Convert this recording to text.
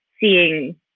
seeing